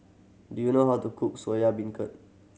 do you know how to cook Soya Beancurd